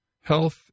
health